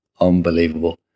unbelievable